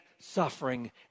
suffering